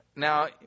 Now